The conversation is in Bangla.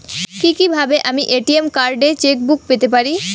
কি কিভাবে আমি এ.টি.এম কার্ড ও চেক বুক পেতে পারি?